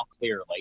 clearly